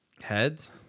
Heads